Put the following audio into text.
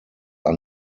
are